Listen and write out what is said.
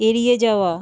এড়িয়ে যাওয়া